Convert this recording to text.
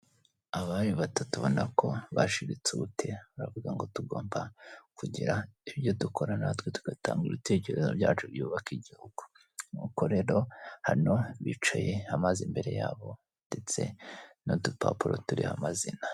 Abari batatu ubona ko bashiritse ubute baravuga ngo tugomba kugira ibyo dukora natwe tugatanga ibitekerezo byacu byubaka igihugu. Nuko rero hano bicaye amazi imbere yabo ndetse n'udupapuro turi amazina.